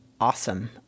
Awesome